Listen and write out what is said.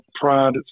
pride